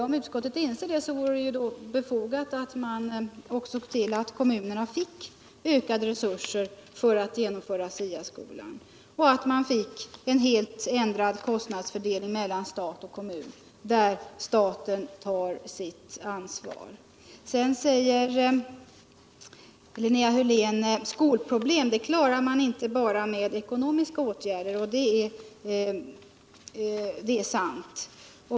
Om utskottet inser det vore det befogat att se till att kommunerna får ökade resurser för att genomföra SITA skolan, och att det blir en helt ändrad kostnadsfördelning mellan stat och kommun, där staten tar sit! ansvar. Linnea Hörlén säger att man inte klarar skolproblemen bara med ekonomiska åtgärder, och det är sant.